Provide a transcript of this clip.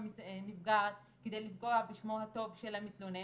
הנפגעת כדי לפגוע בשמו הטוב של הפוגע,